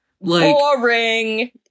boring